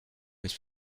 was